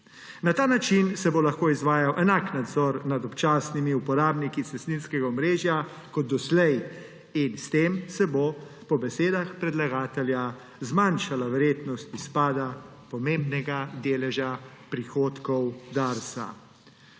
Na ta način se bo lahko izvajal enak nadzor nad občasnimi uporabniki cestninskega omrežja kot doslej in s tem se bo po besedah predlagatelja zmanjšala verjetnost izpada pomembnega deleža prihodkov Darsa.